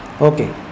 okay